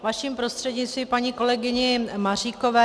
Vaším prostřednictvím paní kolegyni Maříkové.